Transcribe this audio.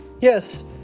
yes